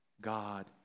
God